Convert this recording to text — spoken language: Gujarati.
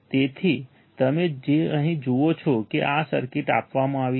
તેથી તમે અહીં જુઓ છો કે આ સર્કિટ આપવામાં આવી છે